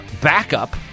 backup